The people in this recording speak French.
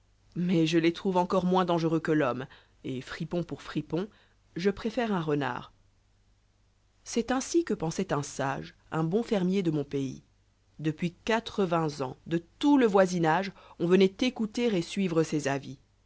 mais je les trouve encor moins dangereux que l'homme et fripon pour friponi je préfère un renard c'est ainsi que pensoit un sage un bon fermier de mon pays depuis quatre-vingts ans de tout le voisinage on venoit écouter et suivre ses avis